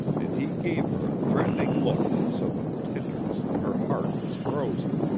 and he gave her a threatening look so that the tenderness in her heart was frozen.